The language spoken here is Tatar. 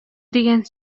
дигән